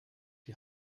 die